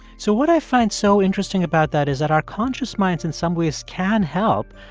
so what i find so interesting about that is that our conscious minds in some ways can help.